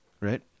right